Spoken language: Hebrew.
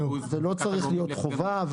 זו לא צריכה להיות חובה.